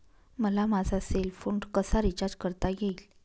मला माझा cell phone कसा रिचार्ज करता येईल?